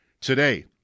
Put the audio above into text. today